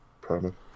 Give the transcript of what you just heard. problem